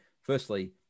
Firstly